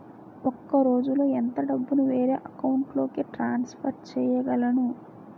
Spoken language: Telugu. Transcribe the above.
ఒక రోజులో ఎంత డబ్బుని వేరే అకౌంట్ లోకి ట్రాన్సఫర్ చేయగలను?